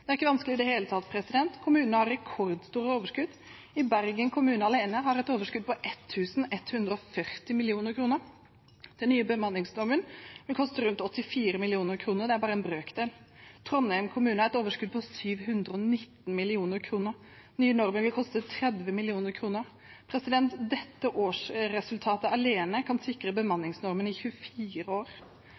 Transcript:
Det er ikke vanskelig i det hele tatt. Kommunene har rekordstore overskudd. Bergen kommune alene har et overskudd på 1 140 mill. kr. Den nye bemanningsnormen vil koste rundt 84 mill. kr – det er bare en brøkdel. Trondheim har et overskudd på 719 mill. kr. Den nye normen vil koste 30 mill. kr. Dette årsresultatet alene kan sikre bemanningsnormen i 24 år.